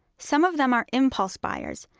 some of them are impulse buyers,